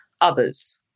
others